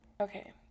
Okay